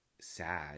sad